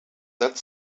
that